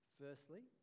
Firstly